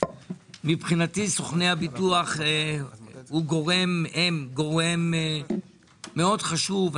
מבחינתי סוכני הביטוח הם גורם מאוד חשוב.